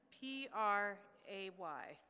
p-r-a-y